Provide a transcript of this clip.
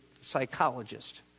psychologist